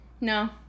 no